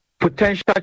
potential